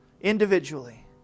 individually